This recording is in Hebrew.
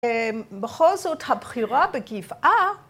‫בכל זאת, הבחירה בגבעה...